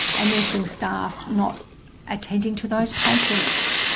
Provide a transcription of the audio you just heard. and nursing staff not attending to those patients.